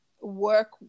work